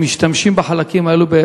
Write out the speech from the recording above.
ומשתמשים בחלקים האלו,